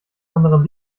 anderem